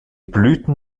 blüten